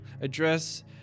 address